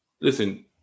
listen